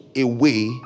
away